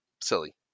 silly